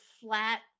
flat